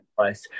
nice